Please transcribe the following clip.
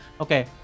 okay